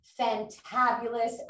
fantabulous